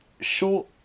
short